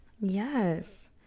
Yes